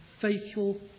faithful